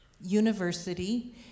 university